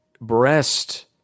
breast